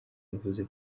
yavuze